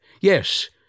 Yes